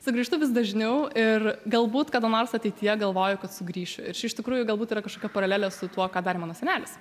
sugrįžtu vis dažniau ir galbūt kada nors ateityje galvoju kad sugrįšiu ir čia iš tikrųjų galbūt yra kažkokia paralelė su tuo ką darė mano senelis